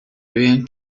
vean